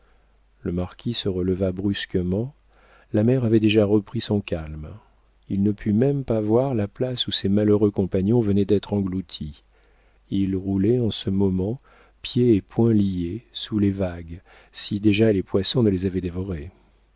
le marquis se releva brusquement la mer avait déjà repris son calme il ne put même pas voir la place où ses malheureux compagnons venaient d'être engloutis ils roulaient en ce moment pieds et poings liés sous les vagues si déjà les poissons ne les avaient dévorés